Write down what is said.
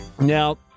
Now